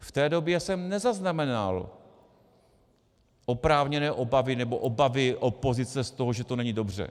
V té době jsem nezaznamenal oprávněné obavy, nebo obavy opozice z toho, že to není dobře.